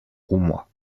roumois